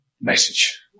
message